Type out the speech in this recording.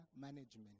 management